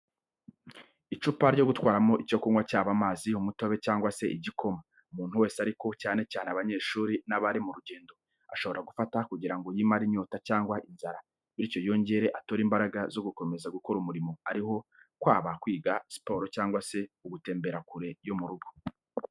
Icupa ryo gutwaramo icyo kunywa cyaba amazi, umutobe cyangwa se igikoma, umuntu wese ariko cyane cyane abanyeshuri n'abari mu rugendo, ashobora gufata kugira ngo yimare inyota cyangwa inzara, bityo yongere atore imbaraga zo gukomeza gukora umurimo ariho kwaba kwiga, siporo cyangwa se uri gutembera kure yo mu rugo.